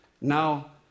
Now